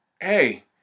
hey